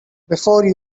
before